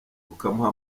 ukamuha